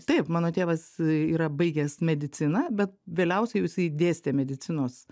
taip mano tėvas yra baigęs mediciną bet vėliausiai jau jisai dėstė medicinos